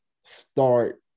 start